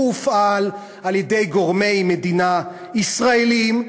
הוא הופעל על-ידי גורמי מדינה ישראליים,